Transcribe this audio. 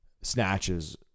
snatches